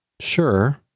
Sure